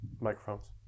microphones